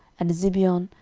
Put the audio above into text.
and zibeon,